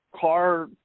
car